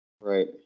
Right